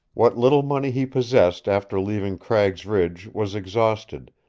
what little money he possessed after leaving cragg's ridge was exhausted,